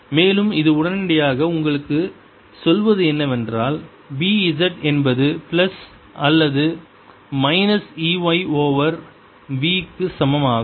மேலும் இது உடனடியாக உங்களுக்கு சொல்வது என்னவென்றால் B z என்பது பிளஸ் அல்லது minus E y over v சமமாகும்